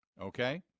Okay